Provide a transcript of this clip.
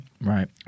Right